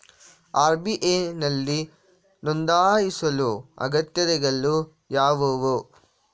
RBI ನಲ್ಲಿ ನೊಂದಾಯಿಸಲು ಅಗತ್ಯತೆಗಳು ಯಾವುವು?